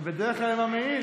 היא בדרך כלל עם המעיל.